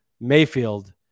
Mayfield